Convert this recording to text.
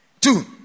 Two